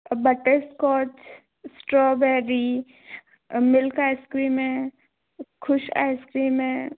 butterscotch strawberry milk ice cream हैं खुश ice cream है